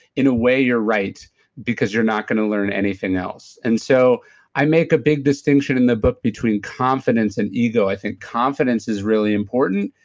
in a way, you're right because you're not going to learn anything else and so i make a big distinction in the book between confidence and ego. i think confidence is really important.